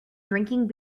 drinking